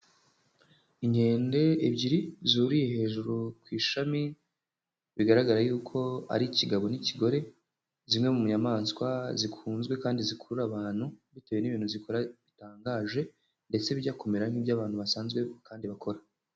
Inkende ebyiri zuriye hejuru ku ishami bigaragara yuko ari ikigabo n'ikigore zimwe mu nyamaswa zikunzwe kandi zikurura abantu bitewe n'ibintu zikora bitangaje ndetse bijya kumera nk'ibyo abantu basanzwe kandi bakora.